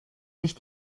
sich